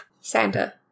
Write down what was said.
Santa